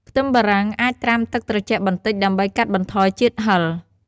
ខ្ទឹមបារាំងអាចត្រាំទឹកត្រជាក់បន្តិច ដើម្បីកាត់បន្ថយជាតិហឹរ។